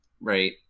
right